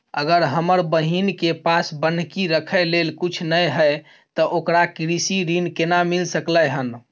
अगर हमर बहिन के पास बन्हकी रखय लेल कुछ नय हय त ओकरा कृषि ऋण केना मिल सकलय हन?